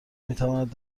میتواند